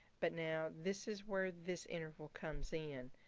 but now this is where this interval comes in.